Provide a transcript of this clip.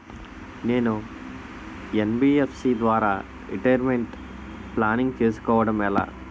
నేను యన్.బి.ఎఫ్.సి ద్వారా retirement planning చేసుకోవడం ఎలా?